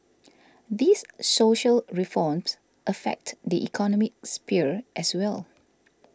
these social reforms affect the economic sphere as well